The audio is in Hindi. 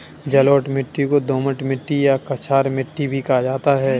जलोढ़ मिट्टी को दोमट मिट्टी या कछार मिट्टी भी कहा जाता है